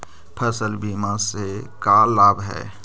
फसल बीमा से का लाभ है?